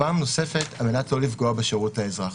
פעם נוספת על-מנת לא לפגוע בשירות לאזרח.